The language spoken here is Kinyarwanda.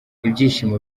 ibyishimo